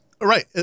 right